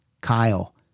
Kyle